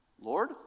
Lord